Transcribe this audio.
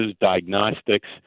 diagnostics